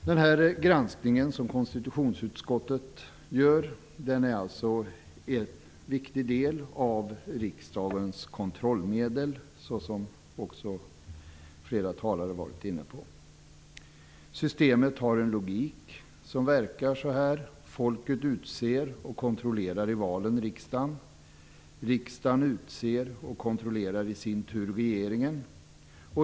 Denna granskning som konstitutionsutskottet gör är alltså en viktig del av riksdagens kontrollmedel, som flera talare varit inne på. Systemet har en logik: Folket utser och kontrollerar i val riksdagen. Riksdagen utser och kontrollerar i sin tur regeringen.